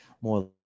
More